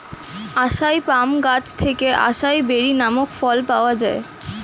আসাই palm গাছ থেকে acai berry নামক ফল পাওয়া যায়